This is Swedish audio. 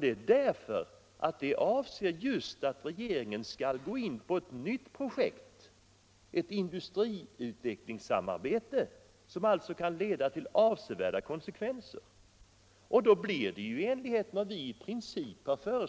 Regeringen vill gå in på ett nytt projekt, ett industriutvecklingssamarbete som kan få avsevärda konsekvenser. Vår princip är